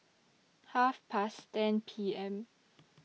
Half Past ten P M